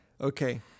Okay